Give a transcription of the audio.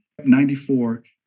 94